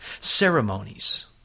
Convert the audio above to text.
ceremonies